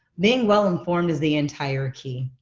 being well informed is the entire key.